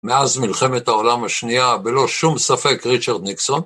מאז מלחמת העולם השנייה, בלא שום ספק, ריצ'רד ניקסון.